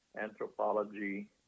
anthropology